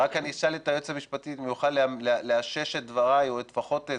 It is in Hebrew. רק אני אשאל את היועץ המשפטי אם הוא יוכל לאשש את דבריי או לפחות את